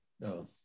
No